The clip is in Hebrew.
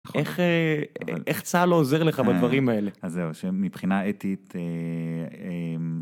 איך צהל לא עוזר לך בדברים האלה אז זהו שמבחינה אתית.